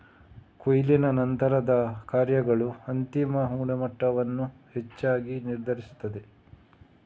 ಕೊಯ್ಲಿನ ನಂತರದ ಕಾರ್ಯಗಳು ಅಂತಿಮ ಗುಣಮಟ್ಟವನ್ನು ಹೆಚ್ಚಾಗಿ ನಿರ್ಧರಿಸುತ್ತದೆ